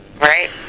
Right